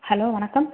hello வணக்கம்